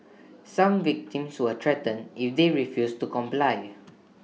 some victims were threatened if they refused to comply